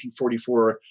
1944